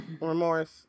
remorse